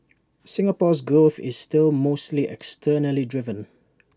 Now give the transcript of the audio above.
Singapore's growth is still mostly externally driven